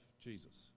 Jesus